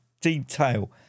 detail